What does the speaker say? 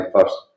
first